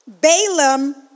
Balaam